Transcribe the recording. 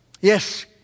Yes